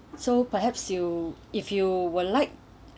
so perhaps you if you were like